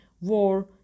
war